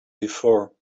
before